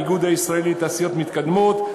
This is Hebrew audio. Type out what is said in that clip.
האיגוד הישראלי לתעשיות מתקדמות,